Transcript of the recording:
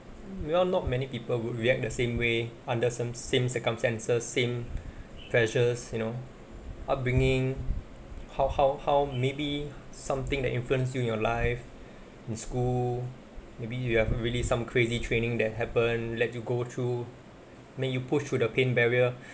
you know not many people would react the same way under some same circumstances same pressures you know upbringing how how how maybe something that influence you in your life in school maybe you have really some crazy training that happen let you go through made you pushed through the pain barrier